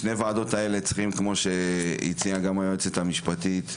כמו שהיועצת המשפטית הציעה,